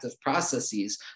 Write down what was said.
processes